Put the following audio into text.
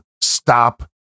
stop